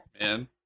Man